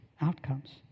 outcomes